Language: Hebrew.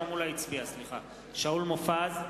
שאול מופז,